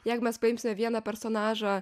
jeigu mes paimsime vieną personažą